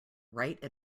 write